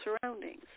surroundings